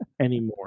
anymore